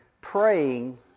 praying